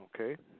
Okay